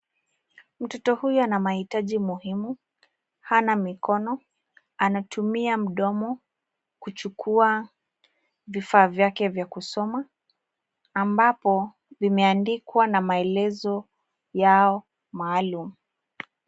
Mtoto huyu ana mahitaji muhimu. Hana mikono, anatumia mdomo kuchukua vifaa vyake vya kusoma ambapo vimeandikwa na maelezo yao maalum.